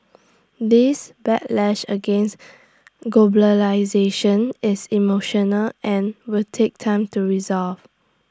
this backlash against globalisation is emotional and will take time to resolve